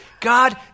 God